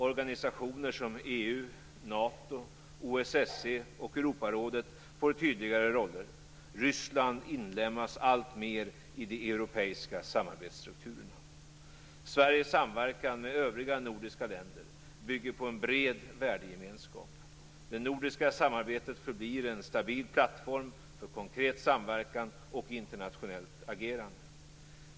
Organisationer som EU, Nato, OSSE och Europarådet får tydligare roller. Ryssland inlemmas alltmer i de europeiska samarbetsstrukturerna. Sveriges samverkan med övriga nordiska länder bygger på en bred värdegemenskap. Det nordiska samarbetet förblir en stabil plattform för konkret samverkan och internationellt agerande.